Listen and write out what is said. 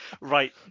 right